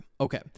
Okay